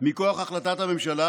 מכוח החלטת הממשלה,